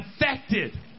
affected